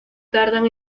tardan